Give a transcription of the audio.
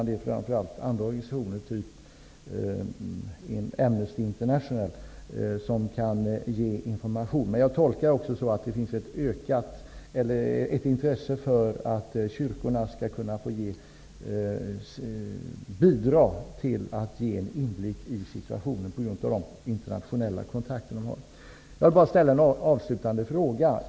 Det är framför allt andra organisationer, t.ex. Amnesty international, som kan ge information. Men jag tolkar henne också så, att det finns ett intresse för att kyrkorna skall få bidra med att ge en inblick i situationen, på grund av de internationella kontakter som de har. Jag vill bara ställa en avslutande fråga.